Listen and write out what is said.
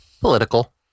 Political